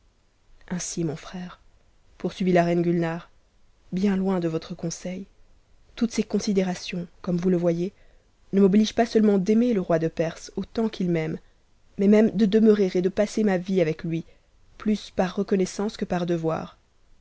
ainsi mon frère poursuivit la reine gulnare bien loin o suiv votre conseil toutes ces considérations comme vous le voyez ne m'n gent pas seulement d'aimer le roi de perse autant qu'il m'aime maismpn de demeurer et de passer ma vie avec lui plus par reconnaissance an par devoir